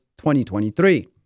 2023